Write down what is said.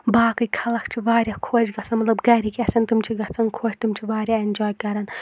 باقٕے خلق چھِ واریاہ خۄش گَژھان مطلب گَرِکۍ یَژھان تِم چھِ گَژھان خۄش تِم چھِ واریاہ اٮ۪نجاے کَرَان